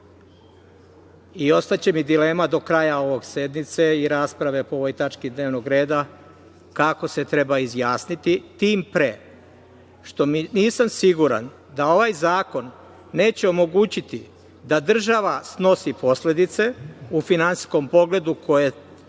I ostaće mi dilema do kraja ove sednice i rasprave po ovoj tački dnevnog reda kako se treba izjasniti, tim pre što nisam siguran da ovaj zakon neće omogućiti da država snosi posledice u finansijskom pogledu, koje